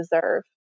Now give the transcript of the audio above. deserve